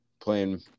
playing